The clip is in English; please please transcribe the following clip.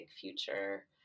future